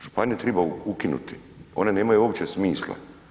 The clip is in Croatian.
Županije triba ukinuti, one nemaju uopće smisla.